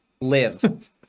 live